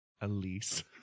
Elise